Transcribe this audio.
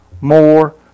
more